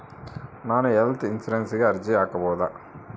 ನಾನು ಹೆಲ್ತ್ ಇನ್ಶೂರೆನ್ಸಿಗೆ ಅರ್ಜಿ ಹಾಕಬಹುದಾ?